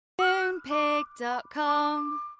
Moonpig.com